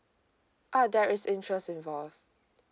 uh there is interest involved